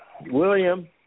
William